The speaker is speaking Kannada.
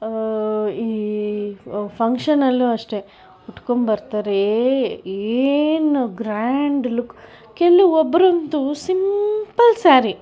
ಈ ಫಂಕ್ಷನ್ನಲ್ಲೂ ಅಷ್ಟೇ ಉಟ್ಕೊಂಡು ಬರ್ತಾರೆ ಏ ಏನು ಗ್ರಾಂಡ್ ಲುಕ್ ಕೆಲವೊಬ್ಬರು ಅಂತೂ ಸಿಂಪಲ್ ಸಾರಿ